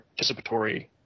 participatory